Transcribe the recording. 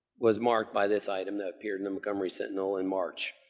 was marked by this item that appeared in the montgomery sentinel in march.